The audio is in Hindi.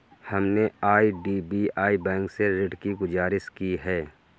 हमने आई.डी.बी.आई बैंक से ऋण की गुजारिश की है